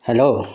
hello